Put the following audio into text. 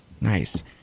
Nice